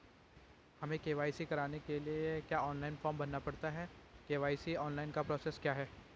हमें के.वाई.सी कराने के लिए क्या ऑनलाइन फॉर्म भरना पड़ता है के.वाई.सी ऑनलाइन का प्रोसेस क्या है?